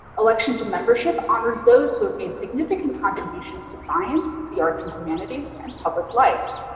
election to membership honors those who have made significant contributions to science, the arts and humanities, and public life.